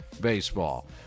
baseball